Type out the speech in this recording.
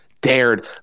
dared